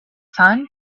sun